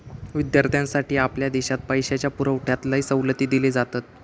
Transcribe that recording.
विद्यार्थ्यांसाठी आपल्या देशात पैशाच्या पुरवठ्यात लय सवलती दिले जातत